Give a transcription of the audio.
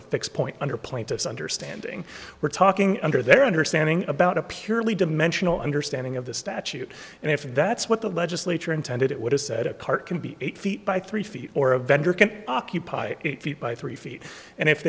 fixed point under plaintiff's understanding we're talking under their understanding about a purely dimensional understanding of the statute and if that's what the legislature intended it would have said a car can be eight feet by three feet or a vendor can occupy eight feet by three feet and if